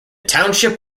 township